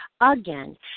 Again